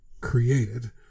created